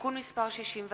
(תיקון מס' 61)